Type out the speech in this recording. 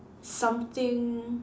something